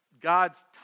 God's